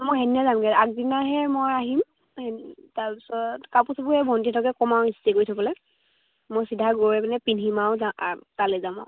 মই সেইদিনা যামগৈ আগদিনাহে মই আহিম তাৰপিছত কাপোৰ চাপৰে ভণ্টিহঁতকে কম আৰু ইস্ত্ৰী কৰি থবলৈ মই চিধা গৈ মান পিন্ধি আৰু যাম তালে যাম আৰু